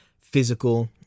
physical